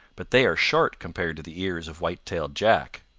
but they are short compared to the ears of white-tailed jack.